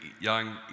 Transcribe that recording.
young